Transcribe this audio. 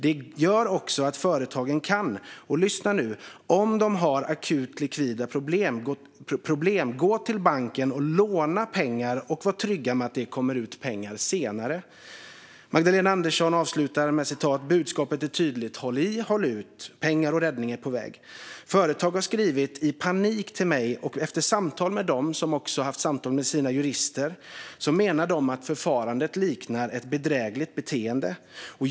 Det gör också att företagen - lyssna nu! - om de har akuta likvida problem kan gå till banken och låna pengar och vara trygga med att det kommer ut pengar senare. Magdalena Andersson avslutar med att säga att budskapet är tydligt: Håll i och håll ut! Pengar och räddning är på väg. Företag har skrivit till mig i panik. Efter samtal med sina jurister menar de att förfarandet liknar bedrägligt beteende.